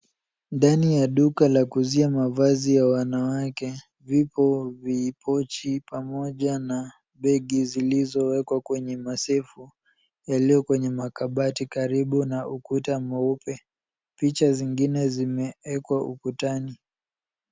Ndani ya duka la kuuzia mavazi ya wanawake, viko vipochi, pamoja na begi zilizowekwa kwenye masefu yaliyo kwenye makabati karibu na ukuta mweupe. Picha zingine zimeekwa ukutani.